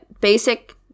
basic